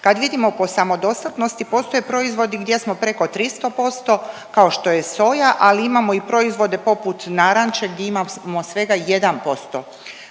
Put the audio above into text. Kad vidimo po samodostatnosti postoje proizvodi gdje smo preko 300% kao što je soja, ali imamo i proizvode poput naranče gdje imamo svega 1%